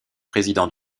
président